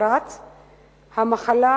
המחלה